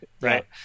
right